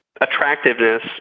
attractiveness